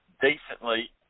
decently